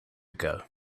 ago